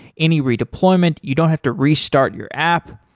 any redeployment, you don't have to restart your app.